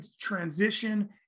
transition